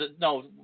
No